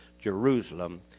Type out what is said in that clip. Jerusalem